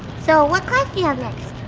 so what class do you have next?